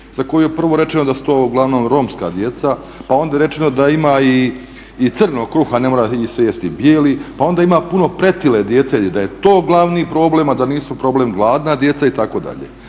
za koju je prvo rečeno da su to uglavnom Romska djeca, pa onda je rečeno da ima i crnog kruha, ne mora se jesti bijeli. Pa onda ima puno pretile djece da je to glavni problem a da nisu problem gladna djeca itd..